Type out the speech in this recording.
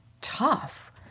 tough